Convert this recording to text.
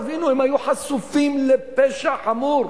תבינו, הם היו חשופים לפשע חמור.